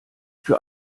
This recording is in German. für